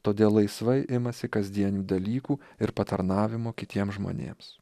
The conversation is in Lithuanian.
todėl laisvai imasi kasdienių dalykų ir patarnavimo kitiem žmonėms